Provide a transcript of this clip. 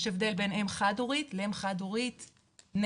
יש הבדל בין אם חד הורית לאם חד הורית נטו.